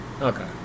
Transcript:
Okay